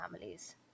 families